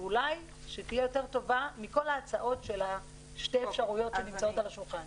שתהיה אולי יותר טובה מכל ההצעות של שתי האפשרויות שנמצאות על השולחן.